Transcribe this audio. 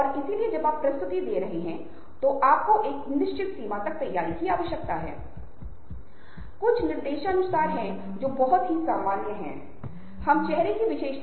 और फिर वह हमें बताता है कि ऐसी मशीन वास्तव में मौजूद है जो विनिमय है जो वस्तु विनिमय है जो लेनदेन है